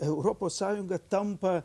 europos sąjunga tampa